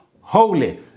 holy